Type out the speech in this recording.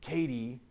Katie